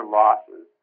losses